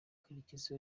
karekezi